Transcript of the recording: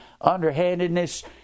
underhandedness